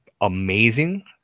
amazing